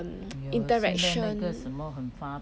um interaction